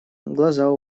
глаза